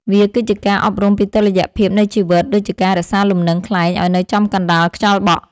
វាគឺជាការអប់រំពីតុល្យភាពនៃជីវិត ដូចជាការរក្សាលំនឹងខ្លែងឱ្យនៅចំកណ្ដាលខ្យល់បក់។